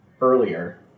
earlier